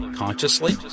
Consciously